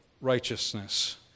righteousness